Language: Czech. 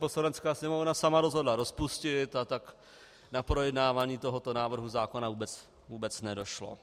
Poslanecká sněmovna sama rozhodla rozpustit, a tak na projednávání tohoto návrhu zákona vůbec nedošlo.